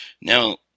Now